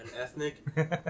ethnic